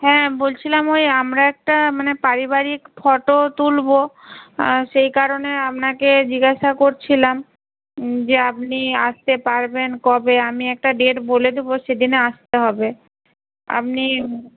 হ্যাঁ বলছিলাম ওই আমরা একটা মানে পারিবারিক ফটো তুলবো সেই কারণে আপনাকে জিজ্ঞাসা করছিলাম যে আপনি আসতে পারবেন কবে আমি একটা ডেট বলে দেবো সেদিনে আসতে হবে আপনি